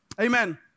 Amen